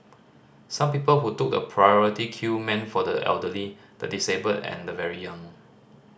some people who took the priority queue meant for the elderly the disabled and the very young